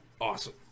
Awesome